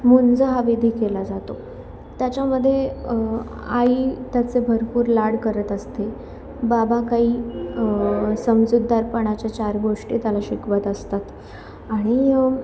मुंज हा विधी केला जातो त्याच्यामधे आई त्याचे भरपूर लाड करत असते बाबा काई समजूदारपणाच्या चार गोष्टी त्याला शिकवत असतात आणि